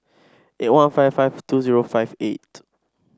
eight one five five two zero five eight